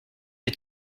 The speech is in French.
lès